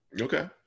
Okay